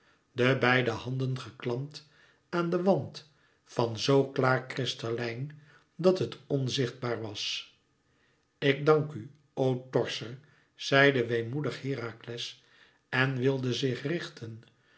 de beide handen geklampt aan den wand van zoo klaar kristallijn dat het onzichtbaar was ik dank u o torser zei de weemoedig herakles en wilde zich richten